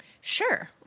Sure